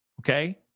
okay